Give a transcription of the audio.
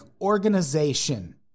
organization